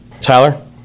Tyler